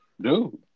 Dude